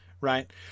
Right